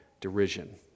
derision